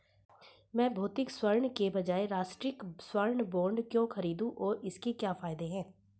मैं भौतिक स्वर्ण के बजाय राष्ट्रिक स्वर्ण बॉन्ड क्यों खरीदूं और इसके क्या फायदे हैं?